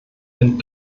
den